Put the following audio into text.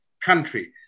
country